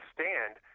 Stand*